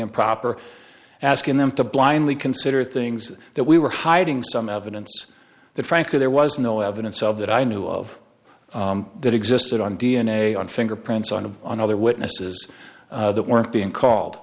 improper asking them to blindly consider things that we were hiding some evidence that frankly there was no evidence of that i knew all of that existed on d n a on fingerprints on of on other witnesses that weren't being called